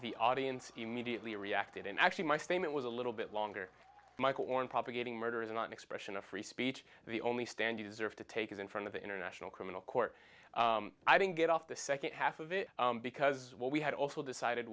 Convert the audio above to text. the audience immediately reacted and actually my statement was a little bit longer michael oren propagating murder is not an expression of free speech the only stand you deserve to take is in front of the international criminal court i didn't get off the second half of it because what we had also decided